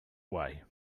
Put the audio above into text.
way